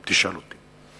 אם תשאל אותי.